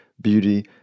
beauty